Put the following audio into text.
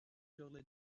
شغل